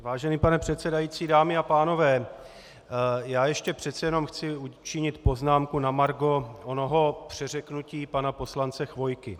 Vážený pane předsedající, dámy a pánové, já ještě přece jenom chci učinit poznámku na margo onoho přeřeknutí pana poslance Chvojky.